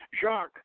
Jacques